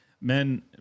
Men